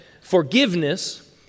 forgiveness